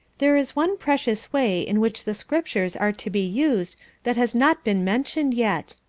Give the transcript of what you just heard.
there is one precious way in which the scriptures are to be used that has not been mentioned yet,